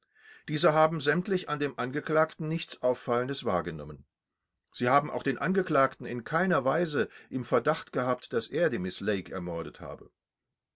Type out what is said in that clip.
diese haben sämtlich an dem angeklagten nichts auffallendes wahrgenommen sie haben auch den angeklagten in keiner weise im verdacht gehabt daß er die miß lake ermordet habe